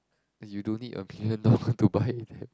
and you don't need a million dollar to buy like